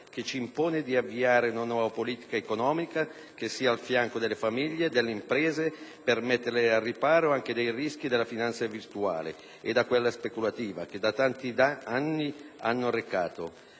che ci impone di avviare una nuova politica economica che sia al fianco delle famiglie e delle imprese, per metterle al riparo anche dai rischi della finanza virtuale e da quella speculativa, che tanti danni hanno arrecato.